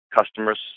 customer's